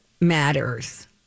matters